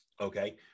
Okay